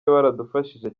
baradufashije